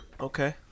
Okay